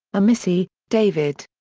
omissi, david.